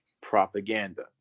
propaganda